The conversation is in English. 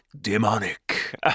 demonic